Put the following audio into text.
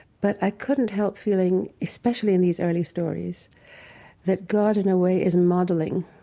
but i couldn't help feeling especially in these early stories that god in a way is modeling